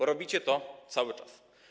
A robicie to cały czas.